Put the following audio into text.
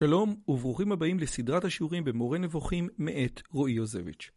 שלום וברוכים הבאים לסדרת השיעורים במורה נבוכים מעת רועי יוזביץ'.